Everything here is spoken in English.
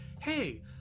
hey